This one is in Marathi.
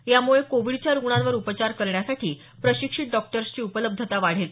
यामुळे कोविडच्या रुग्णांवर उपचार करण्यासाठी प्रशिक्षित डॉक्टर्सची उपलब्धता वाढेल